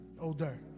older